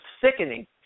sickening